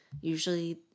usually